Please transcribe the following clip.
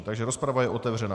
Takže rozprava je otevřena.